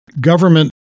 government